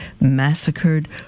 massacred